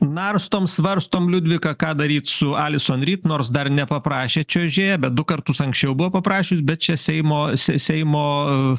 narstom svarstom liudvika ką daryt su alison ryt nors dar nepaprašė čiuožėja bet du kartus anksčiau buvo paprašius bet čia seimo s seimo